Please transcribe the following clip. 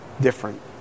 different